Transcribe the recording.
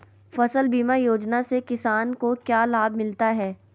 फसल बीमा योजना से किसान को क्या लाभ मिलता है?